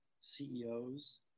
CEOs